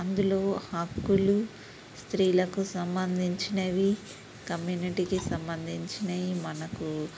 అందులో హక్కులు స్త్రీలకు సంబంధించినవి కమ్యూనిటీకి సంబంధించినయి మనకు